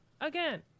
again